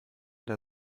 der